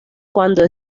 cuando